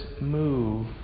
move